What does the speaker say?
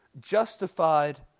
justified